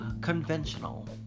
conventional